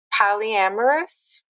polyamorous